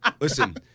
Listen